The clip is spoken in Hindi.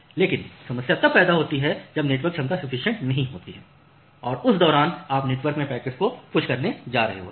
लेकिन समस्या तब होने लगती है जब नेटवर्क क्षमता सफ्फीसिएंट नहीं होती है और उस दौरान आप नेटवर्क में पैकेट्स को पुश करने जा रहे होते हैं